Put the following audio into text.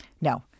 No